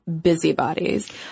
busybodies